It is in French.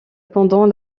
pendant